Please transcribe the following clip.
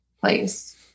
place